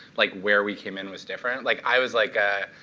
like where we came in was different. like i was like an